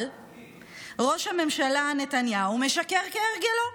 אבל ראש הממשלה נתניהו משקר כהרגלו,